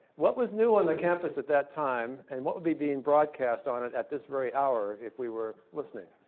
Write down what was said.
what was new on the campus at that time, and what would be being broadcast on it at this very hour if we were listening?